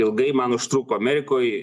ilgai man užtruko amerikoj